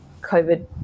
covid